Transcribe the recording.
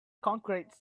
concrete